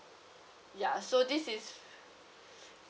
ya so this is